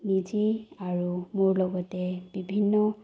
নিজে আৰু মোৰ লগতে বিভিন্ন